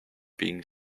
being